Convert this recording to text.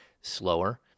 slower